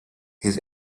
his